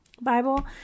Bible